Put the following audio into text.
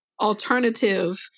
alternative